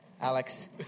Alex